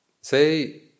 Say